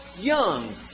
young